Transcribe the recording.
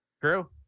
True